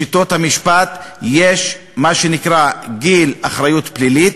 בשיטות המשפט בכל העולם יש מה שנקרא גיל האחריות הפלילית.